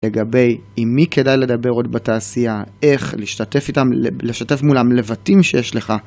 לגבי, עם מי כדאי לדבר עוד בתעשייה, איך להשתתף איתם לשתף מולם לבטים שיש לך